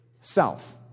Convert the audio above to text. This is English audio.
Self